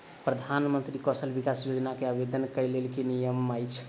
प्रधानमंत्री कौशल विकास योजना केँ आवेदन केँ लेल की नियम अछि?